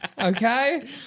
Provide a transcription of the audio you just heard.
Okay